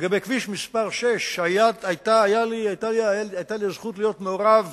לגבי כביש 6, והיתה לי הזכות להיות מעורב